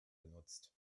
genutzt